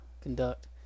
conduct